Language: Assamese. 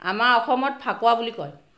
আমাৰ অসমত ফাকুৱা বুলি কয়